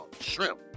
shrimp